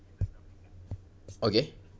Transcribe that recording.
okay